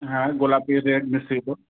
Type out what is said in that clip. হ্যাঁ গোলাপি রেড মিশিয়ে